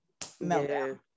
meltdown